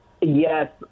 Yes